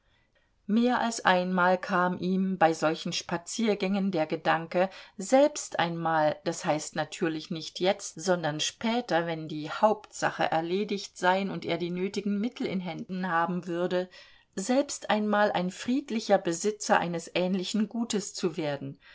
mehr als einmal kam ihm bei solchen spaziergängen der gedanke selbst einmal d h natürlich nicht jetzt sondern später wenn die hauptsache erledigt sein und er die nötigen mittel in händen haben würde selbst einmal ein friedlicher besitzer eines ähnlichen gutes zu werden